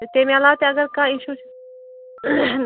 تہٕ تَمہِ عَلاو تہِ اگر کانٛہہ اِشوٗ چھُ